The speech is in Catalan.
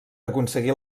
aconseguir